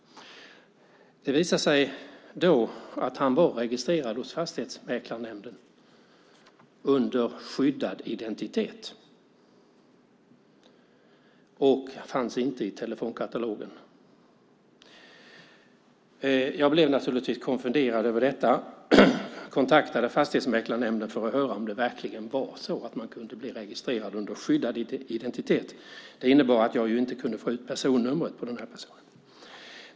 Det visade sig då att han var registrerad hos Fastighetsmäklarnämnden under skyddad identitet och inte fanns i telefonkatalogen. Jag blev naturligtvis konfunderad över detta och kontaktade Fastighetsmäklarnämnden för att höra om det verkligen var så att man kunde bli registrerad under skyddad identitet. Detta innebar att jag inte kunde få ut personnumret på denna person.